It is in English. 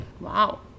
Wow